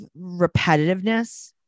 repetitiveness